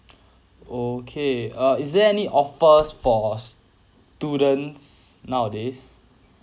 okay uh is there any offers for students nowadays